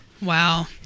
Wow